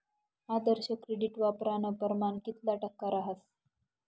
आदर्श credit वापरानं परमाण कितला टक्का रहास